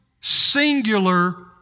singular